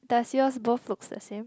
does yours both looks the same